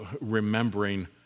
remembering